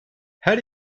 her